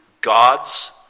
God's